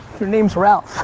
their name's ralph.